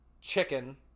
chicken